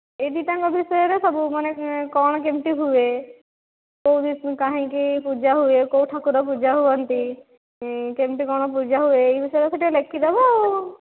ଏଇ ଦୁଇଟାଙ୍କ ବିଷୟରେ ସବୁ ମାନେ କ'ଣ କେମିତି ହୁଏ କାହିଁକି ପୂଜା ହୁଏ କେଉଁ ଠାକୁର ପୂଜା ହୁଅନ୍ତି କେମିତି କ'ଣ ପୂଜା ହୁଏ ଏଇ ବିଷୟରେ ଟିକିଏ ଲେଖିଦେବ ଆଉ